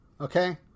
Okay